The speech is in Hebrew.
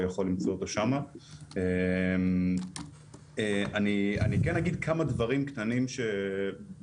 אני כן אגיד כמה דברים קטנים בנוסף לדברים שנאמרו פה,